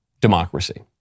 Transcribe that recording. democracy